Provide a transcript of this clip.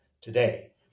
today